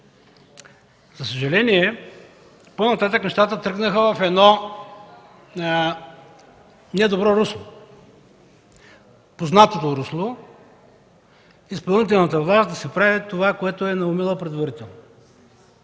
За съжаление, по-нататък нещата тръгнаха в едно недобро русло, познатото русло изпълнителната власт да си прави това, което си е наумила предварително.